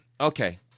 Okay